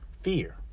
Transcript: fear